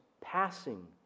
passing